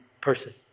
person